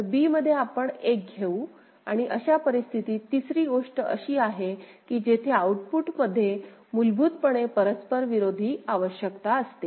तर b मध्ये आपण 1 घेऊ आणि अशा परिस्थितीत तिसरी गोष्ट अशी आहे की जेथे आउटपुटमध्ये मूलभूतपणे परस्पर विरोधी आवश्यकता असते